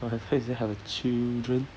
oh I thought you say have a children